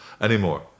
anymore